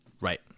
right